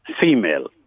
female